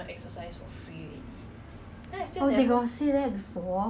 orh